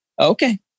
Okay